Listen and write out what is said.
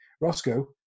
Roscoe